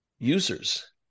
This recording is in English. Users